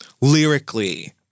lyrically